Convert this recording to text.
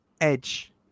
edge